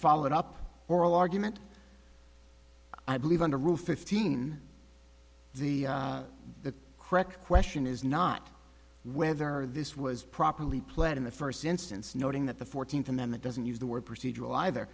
followed up oral argument i believe under rule fifteen the the correct question is not whether this was properly pled in the first instance noting that the fourteenth amendment doesn't use the word procedural either